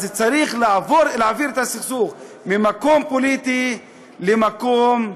אז צריך להעביר את הסכסוך ממקום פוליטי למקום דתי.